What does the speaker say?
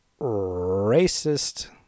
racist